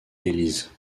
élise